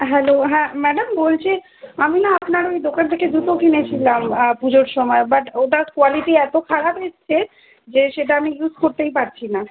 hello হ্যাঁ madam বলছি আমি না আপনার ওই দোকান থেকে জুতো কিনেছিলাম পুজোর সময় বাট ওটার কোয়ালিটি এত খারাপ এসছে যে সেটা আমি ইউস করতেই পারছি না